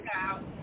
out